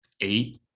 eight